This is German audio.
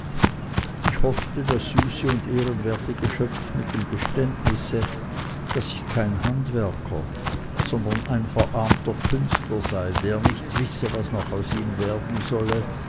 ich hoffte das süße und ehrenwerte geschöpf mit dem geständnisse daß ich kein handwerksgeselle sondern ein verarmter künstler sei der nicht wisse was noch aus ihm werden solle